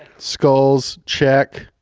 skulls, check.